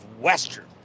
Western